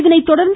இதனைத்தொடர்ந்து